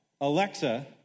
Alexa